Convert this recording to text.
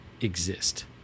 exist